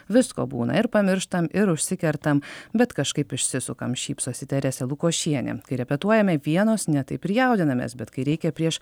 visko būna ir pamirštam ir užsikertam bet kažkaip išsisukam šypsosi teresė lukošienė kai repetuojame vienos ne taip ir jaudinamės bet kai reikia prieš